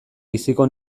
biziko